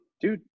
Dude